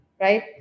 right